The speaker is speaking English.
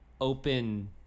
open